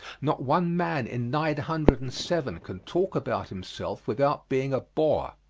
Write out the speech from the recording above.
not one man in nine hundred and seven can talk about himself without being a bore.